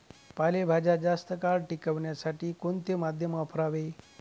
पालेभाज्या जास्त काळ टिकवण्यासाठी कोणते माध्यम वापरावे?